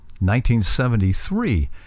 1973